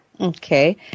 Okay